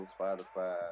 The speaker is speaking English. Spotify